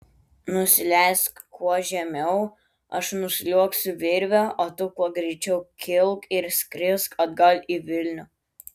nusileisk kuo žemiau aš nusliuogsiu virve o tu kuo greičiau kilk ir skrisk atgal į vilnių